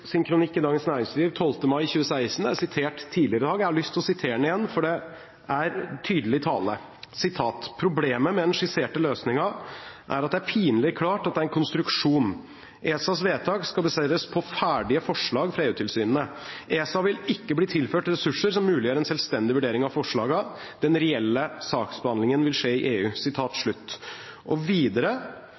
Dagens Næringsliv 12. mai 2016 er sitert tidligere i dag. Jeg har lyst til å sitere den igjen, for det er tydelig tale: «Problemet med den skisserte løsningen er at det er pinlig klart at det er en konstruksjon. Esas vedtak skal baseres på ferdige forslag fra EU-tilsynene. Esa vil ikke bli tilført ressurser som muliggjør en selvstendig vurdering av forslagene. Den reelle saksbehandlingen vil skje i EU.» Og videre: